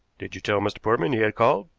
did you tell mr. portman he had called?